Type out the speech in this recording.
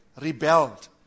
rebelled